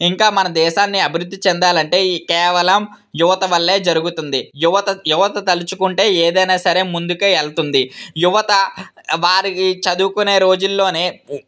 ఇంకా మన దేశాన్ని అభివృద్ధి చెందాలంటే కేవలం యువత వల్ల జరుగుతుంది యువత యువత తలుచుకుంటే ఏదైన్నా సరే ముందుకు వెళుతుంది యువత వారికి చదువుకునే రోజులలో